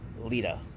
Lita